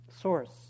source